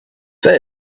they